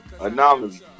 Anomaly